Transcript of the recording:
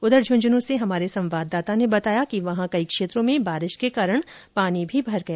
उधर झुंझुनूं से हमारे संवाददाता ने बताया कि वहां कई क्षेत्रों में बारिश के कारण पानी भी भर गया